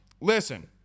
listen